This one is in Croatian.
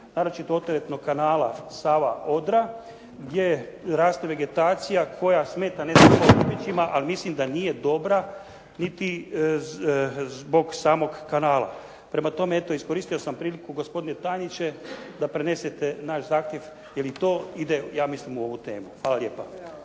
naročito oteretnog kanala Sava-Odra gdje raste vegetacija koja smeta …/Govornik se ne razumije./… ali mislim da nije dobra niti zbog samog kanala. Prema tome, eto iskoristio sam priliku gospodine tajniče da prenesete naš zahtjev jer i to ide ja mislim u ovu temu. Hvala lijepa.